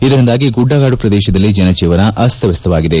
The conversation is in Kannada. ಇದರಿಂದಾಗಿ ಗುಡ್ಡಗಾಡು ಪ್ರದೇಶದಲ್ಲಿ ಜನಜೀವನ ಅಸ್ತವ್ಯಸ್ತವಾಗಿದೆ